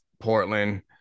portland